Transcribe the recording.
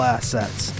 Assets